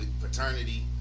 paternity